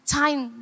time